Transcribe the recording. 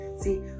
see